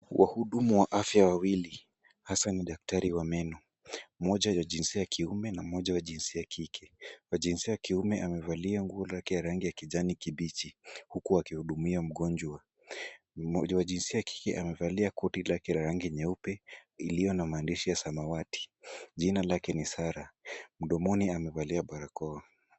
Wahudumu wa afya wawili, hasa ni daktari wa meno. Mmoja wa jinsia ya kiume na mmoja wa jinsia ya kike. Wa jinsia ya kiume amevalia nguo lake ya rangi ya kijani kibichi, huku akihudumia mgonjwa. Mmoja wa jinsia ya kike amevalia koti lake la rangi ya nyeupe, iliyo na maandishi ya samawati, jina lake ni Sarah, mdomoni amevalia barakoa.